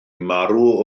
marw